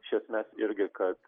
iš esmės irgi kad